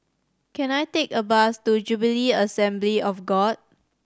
can I take a bus to Jubilee Assembly of God